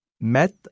met